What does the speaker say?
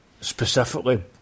specifically